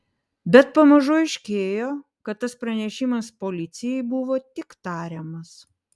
bet pamažu aiškėjo kad tas pranešimas policijai buvo tik tariamas